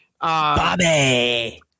Bobby